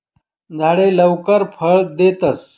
झाडे लवकर फळ देतस